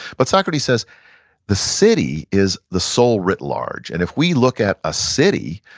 but socrates says the city is the soul writ large, and if we look at a city,